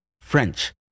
French